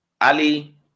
Ali